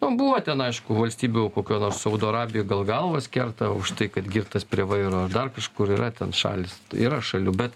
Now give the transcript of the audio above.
nu buvo ten aišku valstybių kokioj nors saudo arabijoj gal galvas kerta už tai kad girtas prie vairo ar dar kažkur yra ten šalys yra šalių bet